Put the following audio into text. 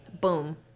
Boom